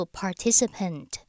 participant